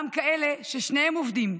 גם כאלה עם שניים שעובדים,